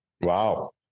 Wow